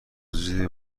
زیادی